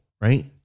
right